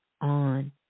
on